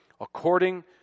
according